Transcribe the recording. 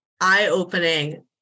eye-opening